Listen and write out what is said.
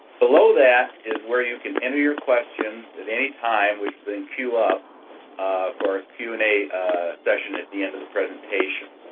below that is where you can enter your questions at any time which will then queue up for a q and a session at the end of the presentation.